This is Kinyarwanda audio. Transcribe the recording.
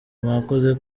mwakoze